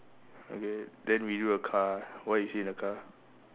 okay then we do the car what you see in the car